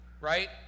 Right